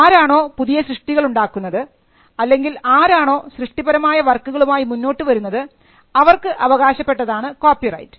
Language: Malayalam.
ആരാണോ പുതിയ സൃഷ്ടികൾ ഉണ്ടാക്കുന്നത് അല്ലെങ്കിൽ ആരാണോ സൃഷ്ടിപരമായ വർക്കുകളും ആയി മുന്നോട്ടു വരുന്നത് അവർക്ക് അവകാശപ്പെട്ടതാണ് കോപ്പിറൈറ്റ്